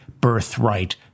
birthright